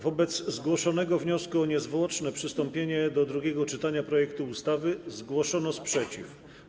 Wobec zgłoszonego wniosku o niezwłoczne przystąpienie do drugiego czytania projektu ustawy zgłoszono sprzeciw.